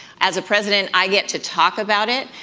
as a president, i get to talk about it,